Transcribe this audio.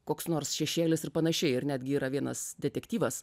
koks nors šešėlis ir panašiai ir netgi yra vienas detektyvas